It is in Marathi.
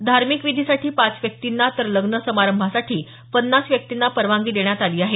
धार्मिक विधींसाठी पाच व्यक्तींना तर लग्न समारंभासाठी पन्नास व्यक्तींना परवानगी देण्यात आली आहे